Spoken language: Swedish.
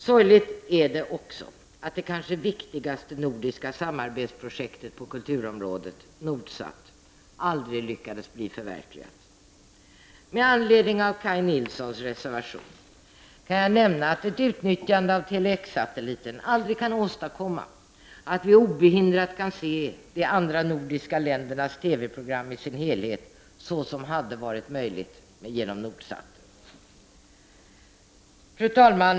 Det är också sorgligt att det kanske viktigaste nordiska samarbetsprojektet på kulturområdet, Nordsat, aldrig lyckades bli förverkligat. Med anledning av Kaj Nilssons reservation kan jag nämna att ett utnyttjande av Tele X-satelliten aldrig kan åstadkomma att vi obehindrat kan se andra nordiska länders TV-program, vilket hade varit möjligt genom Nordsat. Fru talman!